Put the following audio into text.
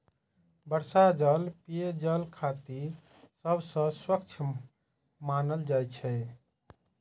वर्षा जल पेयजल खातिर सबसं स्वच्छ मानल जाइ छै